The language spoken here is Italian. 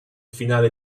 finale